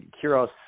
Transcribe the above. Kiros